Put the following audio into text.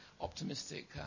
optimistic